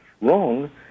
wrong